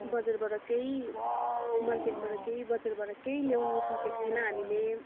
बजारबाट केही मार्केटबाट केही बजारबाट केही ल्याउनु सकेको थिएन हामीले